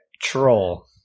troll